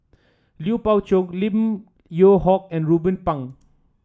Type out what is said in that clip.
Lui Pao Chuen Lim Yew Hock and Ruben Pang